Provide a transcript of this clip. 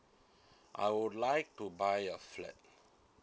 I would like to buy a flat